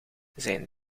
zijn